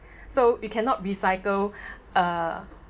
so you cannot recycle uh